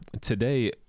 Today